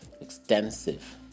extensive